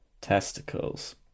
testicles